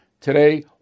Today